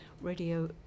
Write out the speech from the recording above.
radio